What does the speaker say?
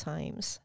Times